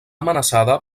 amenaçada